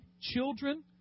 children